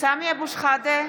סמי אבו שחאדה,